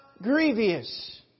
grievous